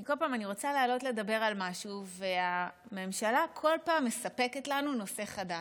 כל פעם אני רוצה לעלות לדבר על משהו והממשלה כל פעם מספקת לנו נושא חדש.